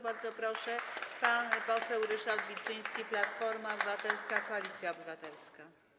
Bardzo proszę, pan poseł Ryszard Wilczyński, Platforma Obywatelska - Koalicja Obywatelska.